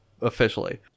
officially